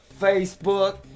Facebook